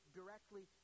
directly